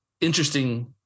interesting